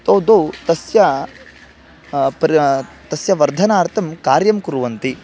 तौ द्वौ तस्य पर् तस्य वर्धनार्तं कार्यं कुर्वन्ति